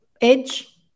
edge